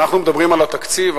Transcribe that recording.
אנחנו מדברים על התקציב,